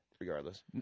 regardless